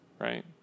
right